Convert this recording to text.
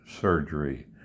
surgery